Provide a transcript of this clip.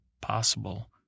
possible –